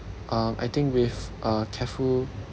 um I think with uh careful